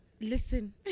Listen